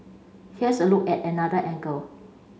here's a look at another angle